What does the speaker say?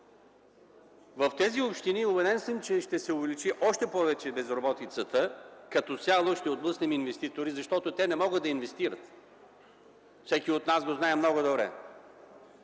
В тези общини, убеден съм, че ще се увеличи още повече безработицата, като цяло ще отблъснем инвеститори, защото те не могат да инвестират. Всеки от нас го знае много добре.